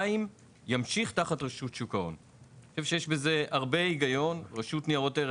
אני חושב שיש בזה הרבה היגיון; רשות ניירות ערך